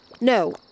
No